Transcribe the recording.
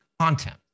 content